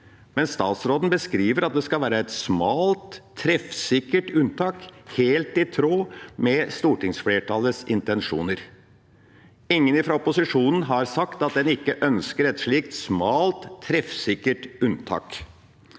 statsråden beskriver at det skal være et smalt, treffsikkert unntak, helt i tråd med stortingsflertallets intensjoner. Ingen fra opposisjonen har sagt at en ikke ønsker et slikt smalt, treffsikkert unntak.